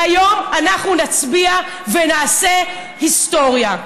והיום אנחנו נצביע ונעשה היסטוריה.